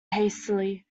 hastily